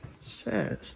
says